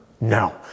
No